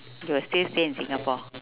you will still stay in singapore